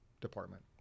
department